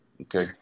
okay